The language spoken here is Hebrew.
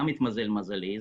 גם שם התמזל מזלי,